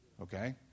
okay